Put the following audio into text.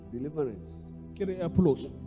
deliverance